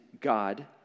God